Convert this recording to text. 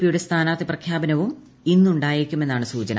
പിയുടെ സ്ഥാനാർത്ഥി പ്രഖ്യാപനവും ഇന്നുണ്ടായേക്കുമെന്നാണ് സൂചന